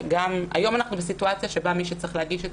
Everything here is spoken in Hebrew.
והיום אנחנו בסיטואציה שבה מי שצריך להגיש את